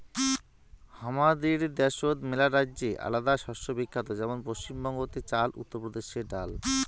হামাদের দ্যাশোত মেলারাজ্যে আলাদা শস্য বিখ্যাত যেমন পশ্চিম বঙ্গতে চাল, উত্তর প্রদেশে ডাল